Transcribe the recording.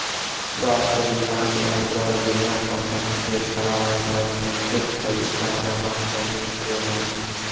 स्वास्थ बीमा के अन्दर बीमा कम्पनी के साल भर में कुछ पइसा जमा करे के होला